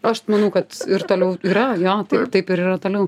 aš manau kad ir toliau yra jo taip taip ir yra toliau